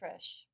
Trish